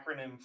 acronym